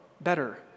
better